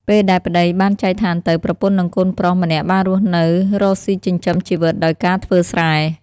ពេលដែលប្ដីបានចែកឋានទៅ ប្រពន្ធនិងកូនប្រុសម្នាក់បានរស់នៅរកស៊ីចិញ្ចឹមជីវិតដោយការធ្វើស្រែ។